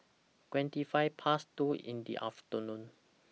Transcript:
twenty five Past two in The afternoon